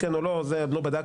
כן או לא - זה עוד לא בדקתי.